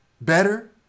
better